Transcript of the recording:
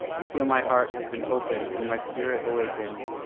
and feel my heart has been opened and my spirit awakened,